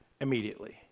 immediately